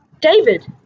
David